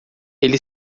ele